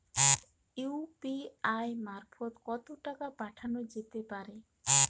UPI মারফত কত টাকা পাঠানো যেতে পারে?